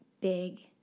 big